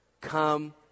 come